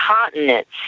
continents